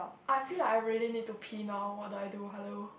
I feel like I really need to pee now what do I do hello